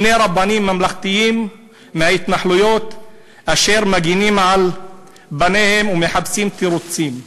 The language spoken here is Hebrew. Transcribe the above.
בני רבנים ממלכתיים מההתנחלויות אשר מגינים על בניהם ומחפשים תירוצים.